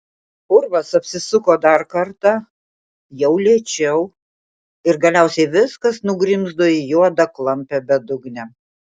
urvas apsisuko dar kartą jau lėčiau ir galiausiai viskas nugrimzdo į juodą klampią bedugnę